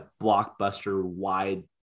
blockbuster-wide